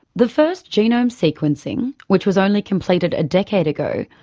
the first genome sequencing, which was only completed a decade ago,